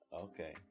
Okay